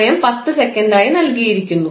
സമയം 10 സെക്കൻഡായി നൽകിയിരിക്കുന്നു